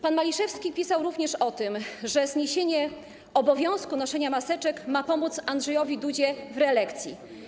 Pan Maliszewski pisał również o tym, że zniesienie obowiązku noszenia maseczek ma pomóc Andrzejowi Dudzie w reelekcji.